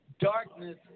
Darkness